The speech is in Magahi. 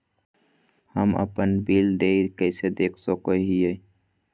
हम अपन बिल देय कैसे देख सको हियै?